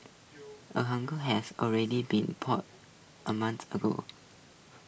A hunger has already been plotted A month ago